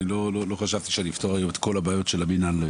לא חשבתי שאני אפתור היום את כל הבעיות של המינהל.